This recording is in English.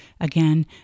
Again